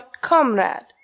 comrade